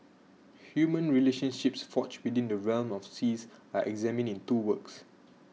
human relationships forged within the realm of the seas are examined in two works